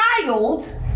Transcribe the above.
child